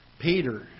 Peter